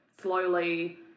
slowly